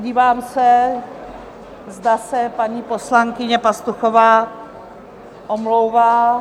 Dívám se, zda se paní poslankyně Pastuchová omlouvá.